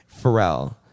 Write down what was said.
Pharrell